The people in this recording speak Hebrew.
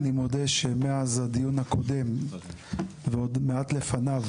אני מודה שמאז הדיון הקודם ועוד מעט לפניו